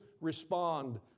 respond